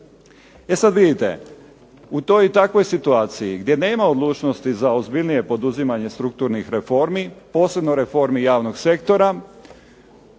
E sad vidite u toj takvoj situaciji gdje nema odlučnosti za ozbiljnije poduzimanje strukturnih reformi, posebno reformi javnog sektora,